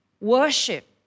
worship